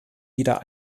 wieder